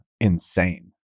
insane